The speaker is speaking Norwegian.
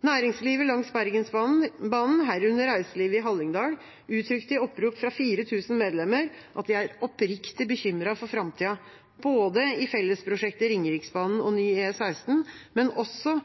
Næringslivet langs Bergensbanen, herunder reiselivet i Hallingdal, uttrykte i opprop fra 4 000 medlemmer at de er oppriktig bekymret for framdriften, både i fellesprosjektet Ringeriksbanen og ny E16 og også